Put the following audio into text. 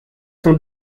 sont